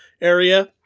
area